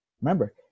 Remember